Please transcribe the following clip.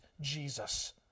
Jesus